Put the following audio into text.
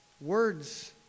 Words